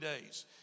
days